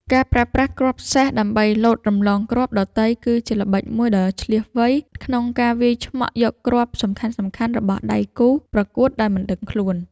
ការប្រើប្រាស់គ្រាប់សេះ ដើម្បីលោតរំលងគ្រាប់ដទៃគឺជាល្បិចមួយដ៏ឈ្លាសវៃក្នុងការវាយឆ្មក់យកគ្រាប់សំខាន់ៗរបស់ដៃគូប្រកួតដោយមិនដឹងខ្លួន។